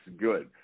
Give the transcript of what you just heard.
good